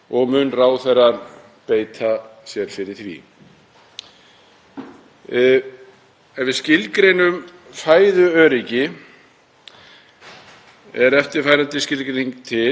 er eftirfarandi skilgreining til, með leyfi forseta: „Fæðuöryggi er til staðar þegar allt fólk hefur ávallt raunverulegan og efnahagslegan aðgang að nægum,